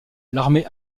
l’armée